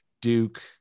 Duke